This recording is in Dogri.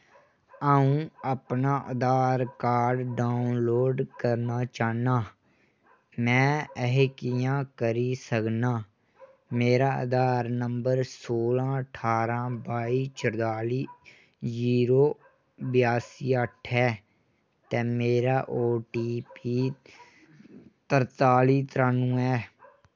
अ'ऊं अपना आधार कार्ड डाउनलोड करना चाह्न्नां में एह् कि'यां करी सकनां मेरा आधार नंबर सोलां ठारां बाई चरताली जीरो बेआसी अट्ठ ऐ ते मेरा ओटीपी तरताली तरानुऐ ऐ